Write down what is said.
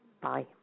Bye